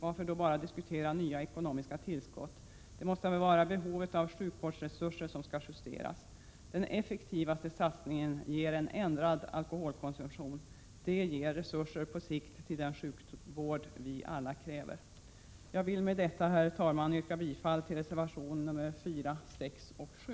Varför då bara diskutera nya ekonomiska tillskott? Det måste vara behovet av sjukvårdsresurser som skall justeras. Den effektivaste satsningen ger en ändrad alkoholkonsumtion. Det ger resurser på sikt till den sjukvård vi alla kräver. Jag vill med detta, herr talman, yrka bifall till reservationerna 4, 6 och 7.